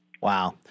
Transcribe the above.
Wow